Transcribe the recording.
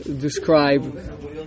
describe